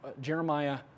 Jeremiah